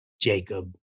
Jacob